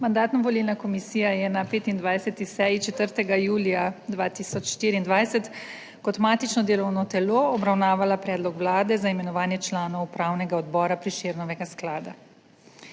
Mandatno-volilna komisija je na 25. seji 4. julija 2024 kot matično delovno telo obravnavala predlog Vlade za imenovanje članov Upravnega odbora Prešernovega sklada.